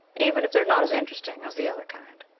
even if they're not as interesting as the other kind.